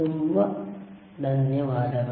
ತುಂಬ ಧನ್ಯವಾದಗಳು